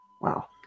Wow